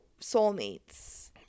soulmates